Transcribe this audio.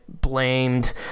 blamed